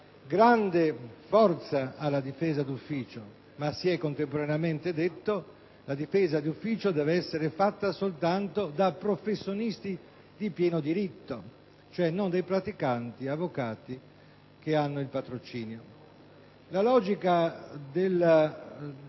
grande forza alla difesa d'ufficio ma si è contemporaneamente detto che questa deve essere attuata soltanto da professionisti di pieno diritto, cioè non dai praticanti avvocati che hanno il patrocinio. La logica